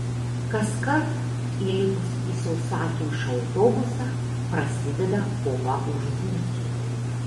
kaskart įlipus į sausakimšą autobusą prasideda kova už būtį